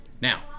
Now